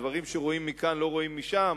דברים שרואים מכאן לא רואים משם?